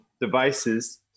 devices